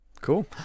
Cool